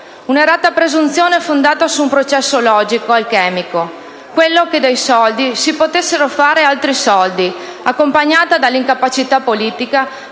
Un'errata presunzione, fondata su un processo logico-alchemico (quello che con i soldi si potessero fare altri soldi), accompagnata dall'incapacità politica